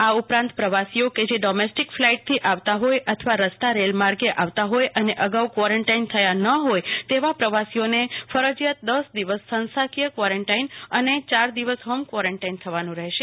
આ ઉપરાંત પ્રવાસીઓ કે જે ડોમેસ્ટિક ફ્લાઈટથી આવતા હોય અથવા રસ્તા કે રેલમાર્ગે આવતા હોય અને અગાઉ ક્વોરેનટાઈન થયા ન હોય તેવા પ્રવાસીઓ ને ફરજીયાત દસ દિવસ સંસ્થાકીય ક્વોરેનટાઈન થવાનું રહેશે